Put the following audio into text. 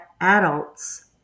adults